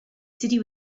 city